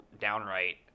downright